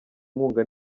inkunga